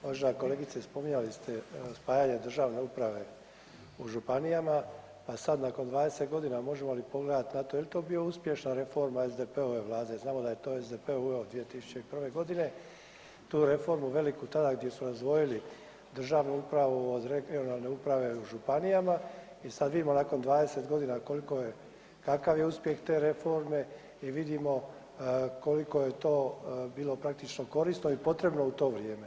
Uvažena kolegice, spominjali ste spajanje državne uprave u županijama pa sad nakon 20 godina, možemo li pogledati na to je li to bila uspješna reforma SDP-ove Vlade, znamo da je to SDP uveo 2001. g., tu reformu veliku, tada gdje su razdvojili državnu upravu od regionalne uprave u županijama i sad vidimo nakon 20 godina koliko je, kakav je uspjeh te reforme i vidimo koliko je to bilo praktično korisno i potrebno u to vrijeme.